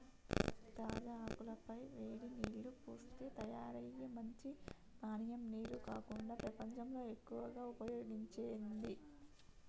తాజా ఆకుల పై వేడి నీల్లు పోస్తే తయారయ్యే మంచి పానీయం నీరు కాకుండా ప్రపంచంలో ఎక్కువగా ఉపయోగించేది